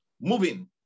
moving